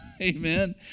Amen